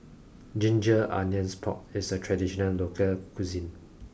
ginger onions pork is a traditional local cuisine